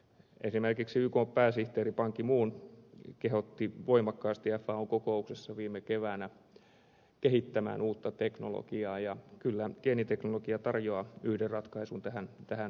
esimerkiksi ykn pääsihteeri ban ki moon kehotti voimakkaasti faon kokouksessa viime keväänä kehittämään uutta teknologiaa ja kyllä geeniteknologia tarjoaa yhden ratkaisun tähän ongelmaan